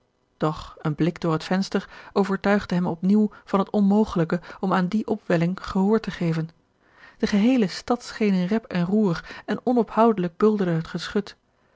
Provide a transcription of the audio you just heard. doch een blik door het venster overtuigde hem op nieuw van het onmogelijke om aan die opwelling gehoor te geven de geheele stad scheen in rep en roer en onophoudelijk bulderde